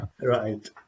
Right